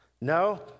No